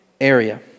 area